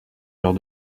lors